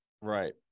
Right